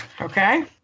Okay